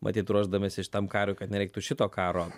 matyt ruošdamiesi šitam karui kad nereiktų šito karo